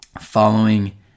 following